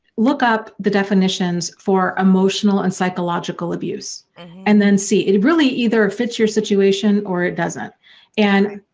look up the definitions for emotional and psychological abuse and then see it, it really either fits your situation or it doesn't and.